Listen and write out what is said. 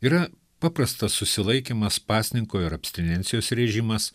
yra paprastas susilaikymas pasninko ir abstinencijos režimas